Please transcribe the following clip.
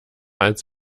als